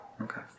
Okay